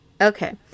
Okay